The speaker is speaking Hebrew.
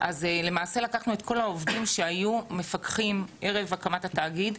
לקחנו את כל העובדים שהיו מפקחים ערב הקמת התאגיד,